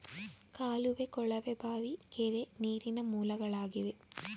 ಕಾಲುವೆ, ಕೊಳವೆ ಬಾವಿ, ಕೆರೆ, ನೀರಿನ ಮೂಲಗಳಾಗಿವೆ